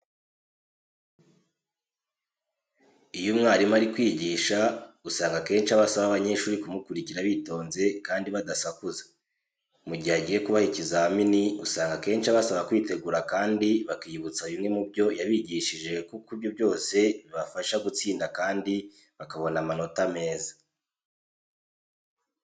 Iyo umwarimu ari kwigisha usanga akenshi aba asaba abanyeshuri kumukurikira bitonze kandi badasakuza. Mu gihe agiye kubaha ikizamini, usanga akenshi abasaba kwitegura kandi bakiyibutsa bimwe mu byo yabigishije kuko ibyo byose bibafasha gutsinda kandi bakabona amanota meza.